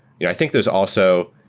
yeah i think those also,